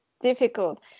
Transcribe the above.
difficult